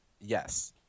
yes